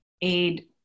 aid